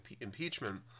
impeachment